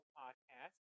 podcast